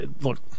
look –